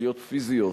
תשתיות פיזיות,